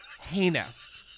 heinous